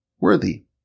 worthy